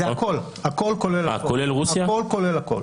זה הכול כולל הכול.